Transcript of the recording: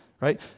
right